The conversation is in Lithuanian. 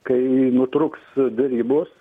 kai nutrūks derybos